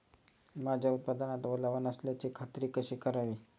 माझ्या उत्पादनात ओलावा नसल्याची खात्री कशी करावी?